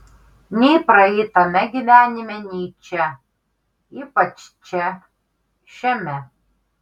nei praeitame gyvenime nei čia ypač čia šiame